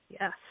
Yes